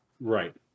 Right